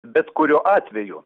bet kuriuo atveju